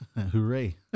Hooray